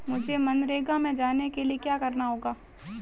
मुझे मनरेगा में जाने के लिए क्या करना होगा?